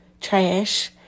trash